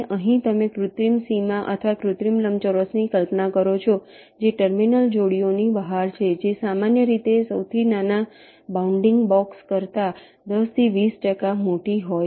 અહીં તમે કૃત્રિમ સીમા અથવા કૃત્રિમ લંબચોરસની કલ્પના કરો છો જે ટર્મિનલ જોડીઓની બહાર છે જે સામાન્ય રીતે સૌથી નાના બાઉન્ડિંગ બોક્સ કરતાં 10 થી 20 ટકા મોટી હોય છે